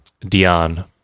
Dion